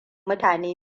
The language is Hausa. mutane